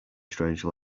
strange